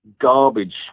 garbage